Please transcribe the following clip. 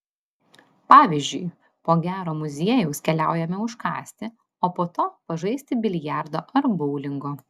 pavyzdžiui po gero muziejaus keliaujame užkąsti o po to pažaisti biliardo ar boulingo